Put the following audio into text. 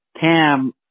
Cam